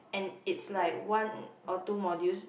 and it's like one or two modules